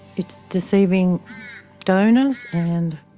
it's deceiving donors and